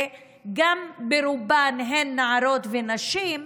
וברובם הם נערות ונשים,